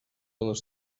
les